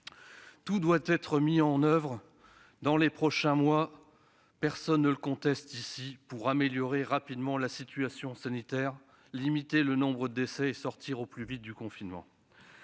tout doit être mis en oeuvre dans les prochains mois pour améliorer rapidement la situation sanitaire, limiter le nombre de décès et sortir au plus vite du confinement.